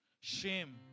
Shame